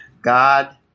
God